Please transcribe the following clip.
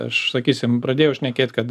aš sakysim pradėjau šnekėt kad